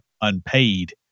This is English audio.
unpaid